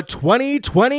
2020